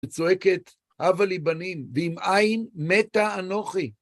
וצועקת, הבא לי בנים, ואם אין מתה אנוכי.